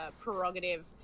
prerogative